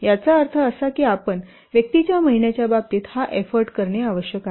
याचा अर्थ असा की आपण व्यक्तीच्या महिन्याच्या बाबतीत हा एफ्फोर्ट करणे आवश्यक आहे